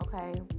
okay